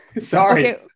Sorry